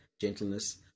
gentleness